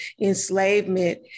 enslavement